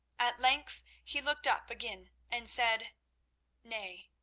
at length he looked up again and said nay,